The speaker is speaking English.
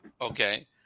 Okay